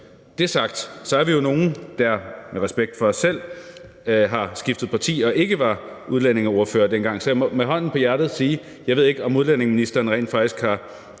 Det sagt er vi jo nogle, der med respekt for os selv har skiftet parti og ikke var udlændingeordfører dengang, så jeg må med hånden på hjertet sige, at jeg ikke ved, om udlændinge- og integrationsministeren rent faktisk har